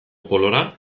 polora